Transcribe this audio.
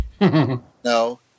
No